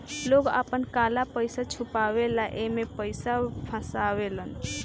लोग आपन काला पइसा छुपावे ला एमे पइसा फसावेलन